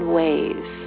ways